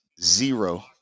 zero